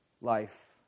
life